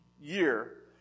year